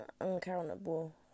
uncountable